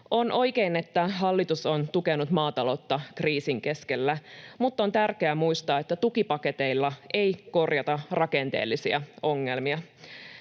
On oikein, että hallitus on tukenut maataloutta kriisin keskellä, mutta on tärkeää muistaa, että tukipaketeilla ei korjata rakenteellisia ongelmia.